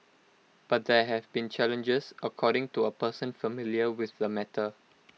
but there have been challenges according to A person familiar with the matter